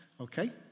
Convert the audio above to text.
Okay